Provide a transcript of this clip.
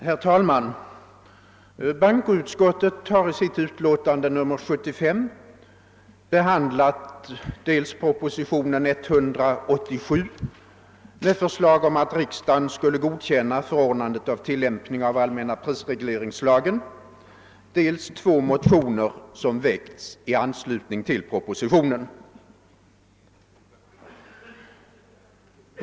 Herr talman! Bankoutskottet har i sitt utlåtande nr 75 behandlat dels proposition 187 med förslag om att riksdagen skulle godkänna förordnandet om tillämpning av allmänna prisregleringslagen, dels två motioner som väckts i anslutning till propositionen.